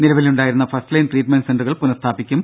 നിലവിലുണ്ടായിരുന്ന first line treatment സെന്ററുകൾ പുനസ്ഥാപിക്കും